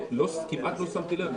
כמעט לא שמתי לב,